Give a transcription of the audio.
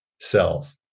self